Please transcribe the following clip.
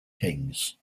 kings